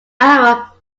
our